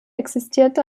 existiert